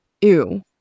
ew